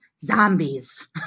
zombies